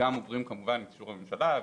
זה כרוך כמובן באישור הממשלה,